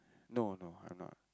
no no I'm not